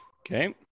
Okay